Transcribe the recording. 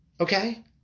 Okay